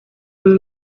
and